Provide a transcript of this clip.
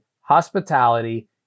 hospitality